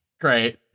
great